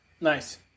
Nice